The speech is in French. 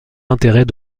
intérêts